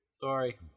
Sorry